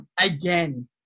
again